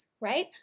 right